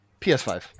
ps5